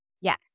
Yes